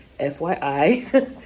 FYI